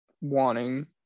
wanting